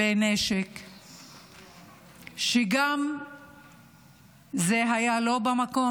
שגם לא היו במקום,